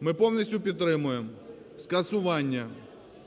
Ми повністю підтримуємо скасування